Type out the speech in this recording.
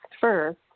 first